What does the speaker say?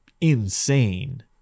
insane